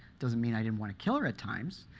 doesn't mean, i didn't want to kill her at times,